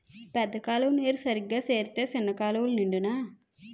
పెద్ద కాలువ నీరు సరిగా సేరితే సిన్న కాలువలు నిండునా